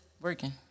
working